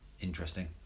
interesting